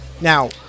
Now